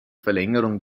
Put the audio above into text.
verlängerung